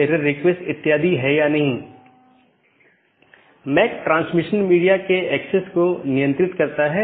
metric पर कोई सार्वभौमिक सहमति नहीं है जिसका उपयोग बाहरी पथ का मूल्यांकन करने के लिए किया जा सकता है